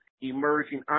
emerging